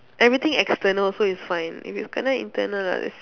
everything external so it's fine if it's kena internal ah that's it